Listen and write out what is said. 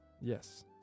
Yes